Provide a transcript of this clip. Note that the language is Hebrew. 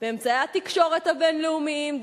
באמצעי התקשורת הבין-לאומיים,